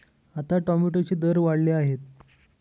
आता टोमॅटोचे दर वाढले आहेत